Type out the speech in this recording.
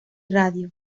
radio